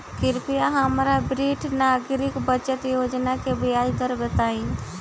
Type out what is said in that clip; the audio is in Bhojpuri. कृपया हमरा वरिष्ठ नागरिक बचत योजना के ब्याज दर बताई